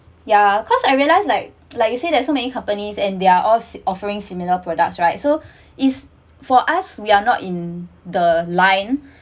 ya cause I realise like like you say that so many companies and their of offering similar products right so is for us we are not in the line